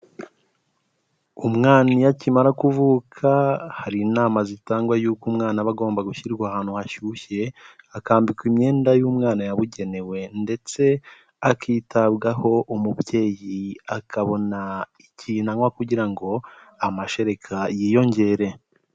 Umwana iyo akimara kuvuka hari inama zitangwa y'uko umwana aba agomba gushyirwa ahantu hashyushye, akambikwa imyenda y'umwana yabugenewe ndetse akitabwaho umubyeyi akabona ikintu anywa kugira ngo amashereka yiyongere.